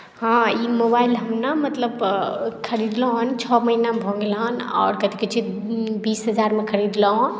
हँ ई मोबाइल हम ने मतलब खरीदलहुँ हन छओ महीना भऽ गेल हन आओर कथी कहैत छै बीस हजारमे खरीदलहुँ हन